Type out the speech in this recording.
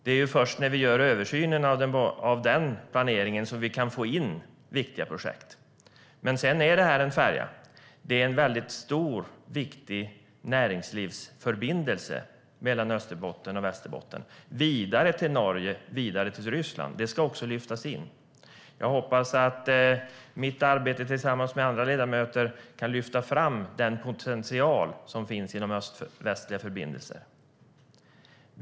Det är först när vi gör översynen av den planeringen som vi kan få in viktiga projekt. Men sedan är det en färja här. Det är en stor, viktig näringslivsförbindelse mellan Österbotten och Västerbotten, vidare till Norge och vidare till Ryssland - det ska också lyftas in. Jag hoppas att mitt arbete tillsammans med andra ledamöter kan lyfta fram den potential som finns i de öst-västliga förbindelserna.